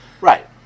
Right